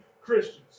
Christians